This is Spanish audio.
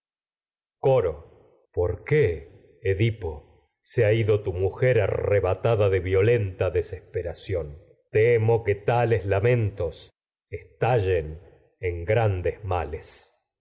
coro tada de por qué edipo se ha ido tu mujer arreba violenta desesperación temo que tales lamen tos estallen en grandes males